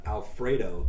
Alfredo